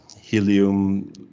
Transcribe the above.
Helium